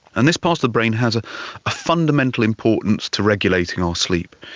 and this part of the brain has a ah fundamental importance to regulating our sleep.